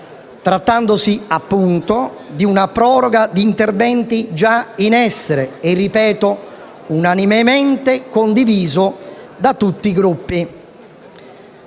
trattandosi appunto di una proroga di interventi già in essere e, ripeto, unanimemente condivisa da tutti i Gruppi.